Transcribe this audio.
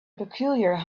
peculiar